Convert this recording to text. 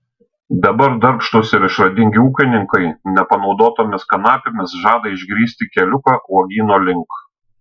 dabar darbštūs ir išradingi ūkininkai nepanaudotomis kanapėmis žada išgrįsti keliuką uogyno link